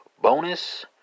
bonus